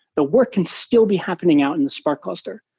the work can still be happening out in the spark cluster,